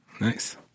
Nice